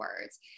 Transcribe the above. Words